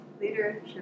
Leadership